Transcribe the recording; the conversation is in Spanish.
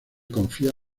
confía